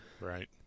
Right